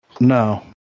No